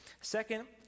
second